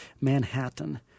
Manhattan